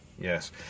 Yes